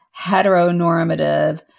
heteronormative